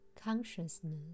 Consciousness